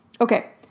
Okay